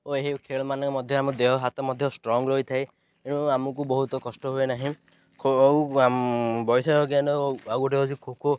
ଓ ଏହି ଖେଳ ମାନଙ୍କ ମଧ୍ୟରେ ଆମ ଦେହ ହାତ ମଧ୍ୟ ଷ୍ଟ୍ରଙ୍ଗ ରହିଥାଏ ତେଣୁ ଆମକୁ ବହୁତ କଷ୍ଟ ହୁଏ ନାହିଁ ଆଉ ବୈଷୟିକ ଜ୍ଞାନ ଆଉ ଗୋଟେ ହେଉଛି ଖୋଖୋ